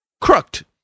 crooked